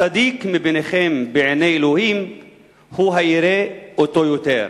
הצדיק מביניכם בעיני אלוהים הוא הירא אותו יותר.